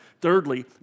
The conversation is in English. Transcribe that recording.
Thirdly